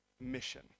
mission